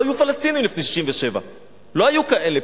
לא היו פלסטינים לפני 1967. לא היו כאלה.